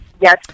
yes